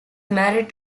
married